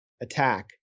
attack